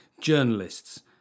journalists